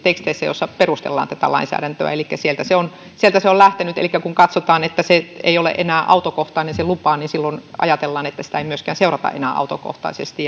jossa perustellaan tätä lainsäädäntöä elikkä sieltä se on lähtenyt elikkä kun katsotaan että se lupa ei ole enää autokohtainen niin silloin ajatellaan että sitä ei myöskään seurata enää autokohtaisesti